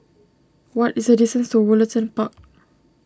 what is the distance to Woollerton Park